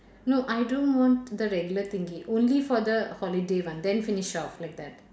no I don't want the regular thingy only for the holiday one then finish off like that